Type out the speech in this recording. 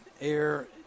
air